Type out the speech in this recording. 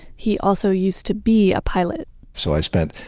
he also used to be a pilot so i spent,